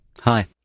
Hi